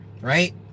right